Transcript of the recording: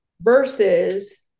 versus